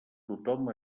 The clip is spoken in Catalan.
tothom